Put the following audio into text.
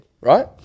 right